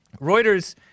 Reuters